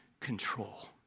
control